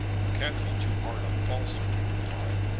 you can't be too hard on falsehood, he replied.